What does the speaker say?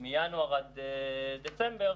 מינואר עד דצמבר,